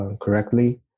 correctly